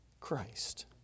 Christ